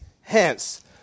hence